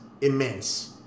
immense